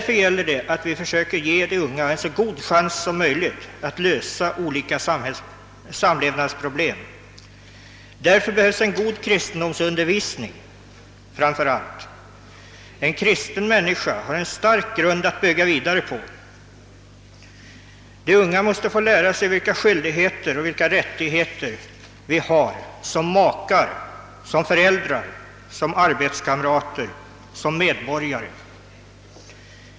För den skull måste vi ge de unga en chans att så bra som möjligt lösa olika samlevnadsproblem. Härför behövs framför allt en god kristendomsundervisning. En kristen människa har en stark grund att bygga vidare på. De unga måste lära sig vilka skyldigheter och rättigheter de har som makar, föräldrar, arbetskamrater och medborgare.